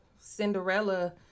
Cinderella